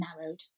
narrowed